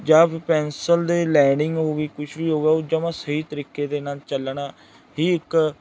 ਜਾਂ ਫਿਰ ਪੈਨਸਲ ਦੇ ਲੈਂਨਿੰਗ ਹੋ ਗਈ ਕੁਛ ਵੀ ਹੋ ਗਿਆ ਉਹ ਜਮਾਂ ਸਹੀ ਤਰੀਕੇ ਦੇ ਨਾਲ ਚੱਲਣਾ ਹੀ ਇੱਕ